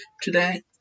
today